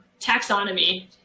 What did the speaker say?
taxonomy